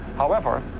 however,